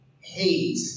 hate